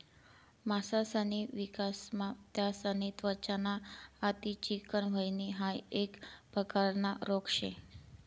मासासनी विकासमा त्यासनी त्वचा ना अति चिकनं व्हयन हाइ एक प्रकारना रोग शे